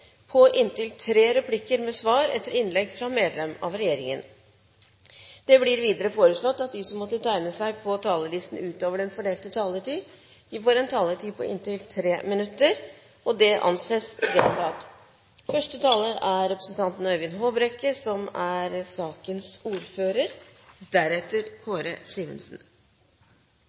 på inntil tre replikker med svar etter innlegg fra medlem av regjeringen innenfor den fordelte taletid. Videre blir det foreslått at de som måtte tegne seg på talerlisten utover den fordelte taletid, får en taletid på inntil 3 minutter. – Det anses vedtatt. En av hovedutfordringene i petroleumspolitikken fremover er